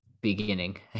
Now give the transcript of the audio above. beginning